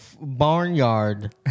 barnyard